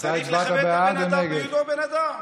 צריך לכבד את הבן אדם בהיותו בן אדם.